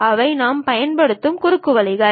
இவை நாம் பயன்படுத்தும் குறுக்குவழிகள்